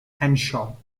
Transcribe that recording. henshaw